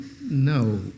No